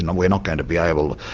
and we're not going to be able,